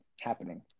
happening